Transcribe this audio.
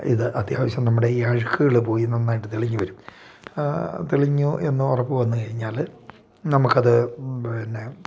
ഇത് അത്യാവശ്യം നമ്മുടെ ഈ അഴുക്കുകൾ പോയി നന്നായിട്ട് തെളിഞ്ഞു വരും തെളിഞ്ഞു എന്നു ഉറപ്പ് വന്നു കഴിഞ്ഞാൽ നമുക്ക് അത് പിന്നെ